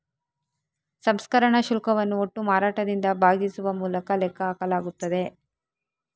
ಸಂಸ್ಕರಣಾ ಶುಲ್ಕವನ್ನು ಒಟ್ಟು ಮಾರಾಟದಿಂದ ಭಾಗಿಸುವ ಮೂಲಕ ಲೆಕ್ಕ ಹಾಕಲಾಗುತ್ತದೆ